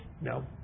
No